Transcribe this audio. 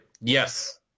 Yes